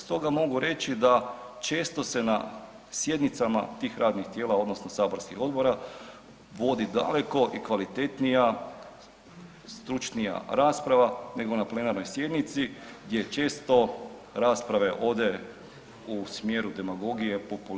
Stoga mogu reći da često se na sjednicama tih radnih tijela odnosno saborskih odbora vodi daleko i kvalitetnija stručnija rasprava, nego na plenarnoj sjednici gdje često rasprava ode u smjeru demagogije, populizma i sl.